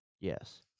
Yes